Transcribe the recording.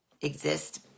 exist